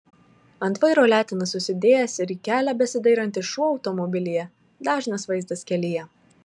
ant vairo letenas susidėjęs ir į kelią besidairantis šuo automobilyje dažnas vaizdas kelyje